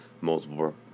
multiple